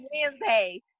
Wednesday